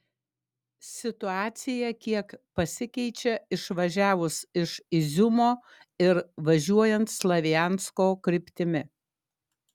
situacija kiek pasikeičia išvažiavus iš iziumo ir važiuojant slaviansko kryptimi